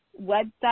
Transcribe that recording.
website